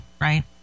right